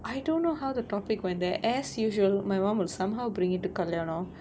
I don't know how the topic went there as usual my mom will somehow bring it to kalyanam